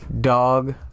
dog